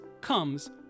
comes